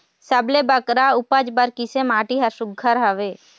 सबले बगरा उपज बर किसे माटी हर सुघ्घर हवे?